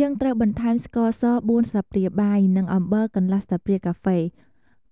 យើងត្រូវបន្ថែមស្ករស ៤ ស្លាបព្រាបាយ និងអំបិល កន្លះ ស្លាបព្រាកាហ្វេ